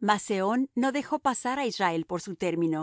mas sehón no dejó pasar á israel por su término